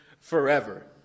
forever